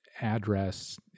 address